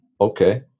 okay